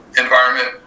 environment